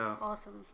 Awesome